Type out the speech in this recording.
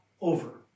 over